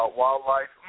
wildlife